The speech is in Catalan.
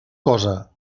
cosa